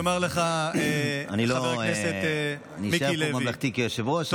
אני אישאר פה ממלכתי כיושב-ראש,